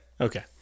Okay